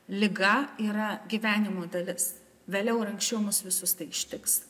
liga yra gyvenimo dalis vėliau ar anksčiau mus visus tai ištiks